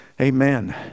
Amen